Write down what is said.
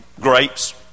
grapes